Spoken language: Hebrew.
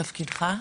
תפקידך?